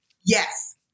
Yes